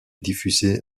diffusée